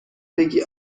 بگی